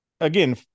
again